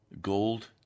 gold